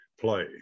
play